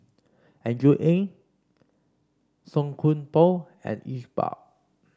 Andrew Ang Song Koon Poh and Iqbal